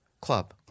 Club